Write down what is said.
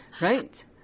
Right